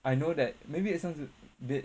I know that maybe it sounds a bit